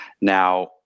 Now